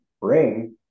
bring